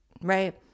right